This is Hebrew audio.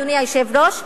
אדוני היושב-ראש,